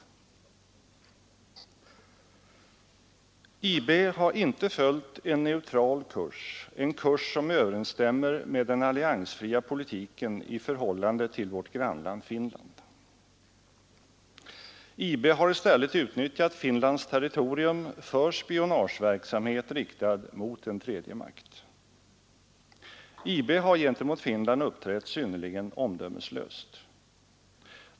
IB har icke följt en neutral kurs, en kurs som överensstämmer med den alliansfria politiken i förhållande till vårt grannland Finland. IB har i stället utnyttjat Finlands territorium för spionageverksamhet riktad mot en tredje makt. IB har gentemot Finland uppträtt synnerligen omdömeslöst.